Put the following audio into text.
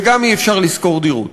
וגם אי-אפשר לשכור דירות.